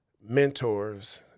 mentors